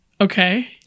Okay